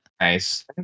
nice